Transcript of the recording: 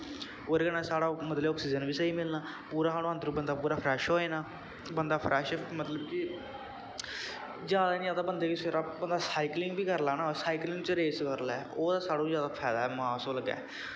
ओह्दे कन्नै मतलव साढ़ा आक्सीजन बी स्हेई मिलना पूरा अन्दर बंदा फ्रैश हो जाना बंदा फ्रैश मतलव कि जैदा निं आखदा बंदा सवेरै साईकलिंग बी करी लै ना साईकल च रेस करी लै ओह् सारें कोला फाइदा ऐ मां सो लग्गै